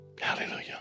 Hallelujah